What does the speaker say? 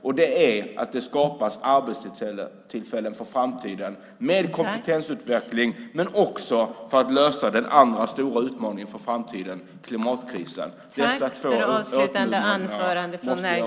Det görs med att det skapas arbetstillfällen för framtiden, med kompetensutveckling men också genom att lösa den andra stora utmaningen inför framtiden, klimatkrisen.